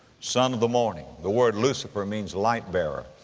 son of the morning! the word lucifer means light bearer.